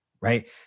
right